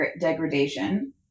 degradation